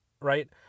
right